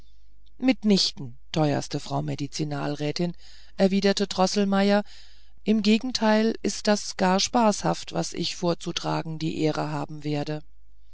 mitnichten teuerste frau medizinalrätin erwiderte droßelmeier im gegenteil ist das gar spaßhaft was ich vorzutragen die ehre haben werde